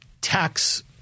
tax